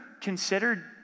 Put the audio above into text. considered